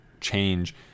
change